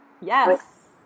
Yes